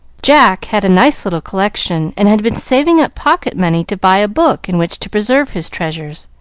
jack had a nice little collection, and had been saving up pocket-money to buy a book in which to preserve his treasures.